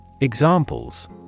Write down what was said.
Examples